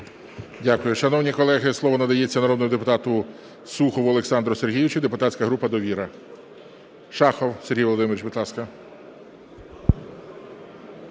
Дякую. Шановні колеги, слово надається народному депутату Сухову Олександру Сергійовичу, депутатська група "Довіра". Шахов Сергій Володимирович, будь ласка.